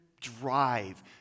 drive